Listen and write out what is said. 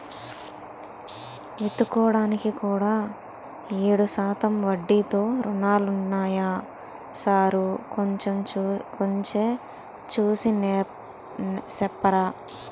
విత్తుకోడానికి కూడా ఏడు శాతం వడ్డీతో రుణాలున్నాయా సారూ కొంచె చూసి సెప్పరా